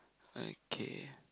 okay